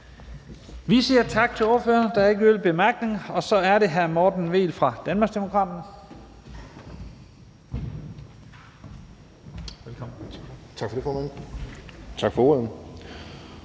Vi siger tak til ordføreren. Der er ikke yderligere korte bemærkninger. Så er det hr. Morten Vehl fra Danmarksdemokraterne.